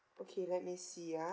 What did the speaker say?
okay let me see ah